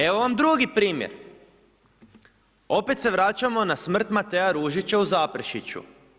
Evo vam drugi primjer, opet se vraćamo na smrt Matea Ružića u Zaprešiću.